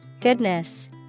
Goodness